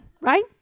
right